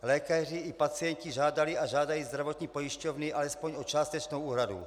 Lékaři i pacienti žádali a žádají zdravotní pojišťovny alespoň o částečnou úhradu.